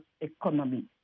economy